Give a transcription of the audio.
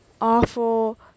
awful